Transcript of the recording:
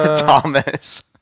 Thomas